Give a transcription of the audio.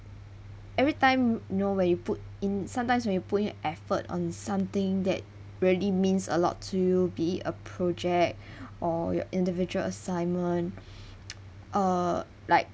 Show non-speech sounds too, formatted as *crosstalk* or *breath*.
every time know when you put in sometimes when you put in effort on something that really means a lot to you be it a project *breath* or your individual assignment *breath* uh like